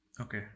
okay